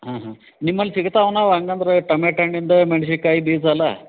ಹಾಂ ಹಾಂ ನಿಮ್ಮಲ್ಲಿ ಸಿಗತ್ತಾವೆ ನವ್ ಹಂಗಂದ್ರೆ ಟೊಮೊಟೊ ಹಣ್ಣಿಂದು ಮೆಣ್ಸಿನ್ಕಾಯಿ ಬೀನ್ಸ್ ಅಲ್ಲ